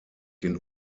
den